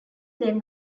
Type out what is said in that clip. then